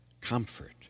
Comfort